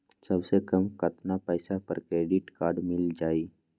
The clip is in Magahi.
सबसे कम कतना पैसा पर क्रेडिट काड मिल जाई?